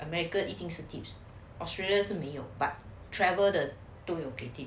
america 一定是 tips australia 是没有 but travel 的都有给 tip